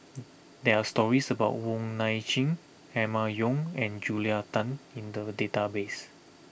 there are stories about Wong Nai Chin Emma Yong and Julia Tan in the database